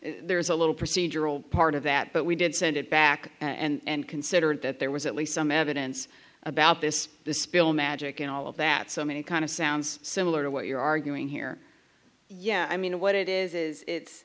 there is a little procedural part of that but we did send it back and considered that there was at least some evidence about this the spill magic and all of that so many kind of sounds similar to what you're arguing here yeah i mean what it is is it's